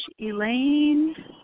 Elaine